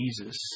Jesus